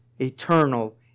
eternal